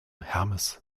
hermes